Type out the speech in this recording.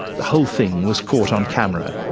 the whole thing was caught on camera.